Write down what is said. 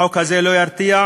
החוק הזה לא ירתיע,